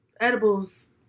edibles